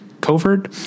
covert